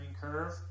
curve